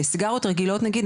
לסיגריות רגילות נגיד,